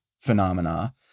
phenomena